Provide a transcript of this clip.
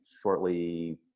shortly